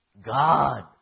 God